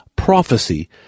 prophecy